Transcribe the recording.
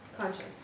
conscience